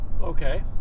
Okay